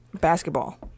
Basketball